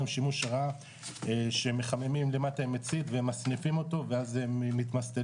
שימוש רע שמחממים למטה עם מצית ומסניפים אותו ואז מתמסטלים,